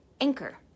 anchor